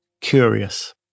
curious